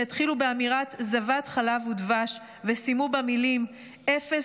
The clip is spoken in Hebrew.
שהתחילו באמירת "זבת חלב ודבש" וסיימו במילים "אפס